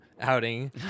outing